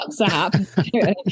WhatsApp